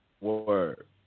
Word